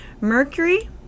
mercury